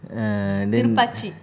err then